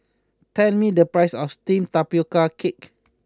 tell me the price of Steamed Tapioca Cake